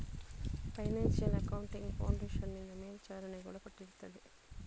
financial accounting foundation ನಿಂದ ಮೇಲ್ವಿಚಾರಣೆಗೆ ಒಳಪಟ್ಟಿರುತ್ತದೆ